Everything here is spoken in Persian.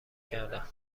کردند